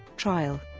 trial